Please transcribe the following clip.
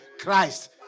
christ